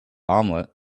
omelette